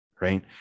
right